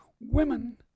Women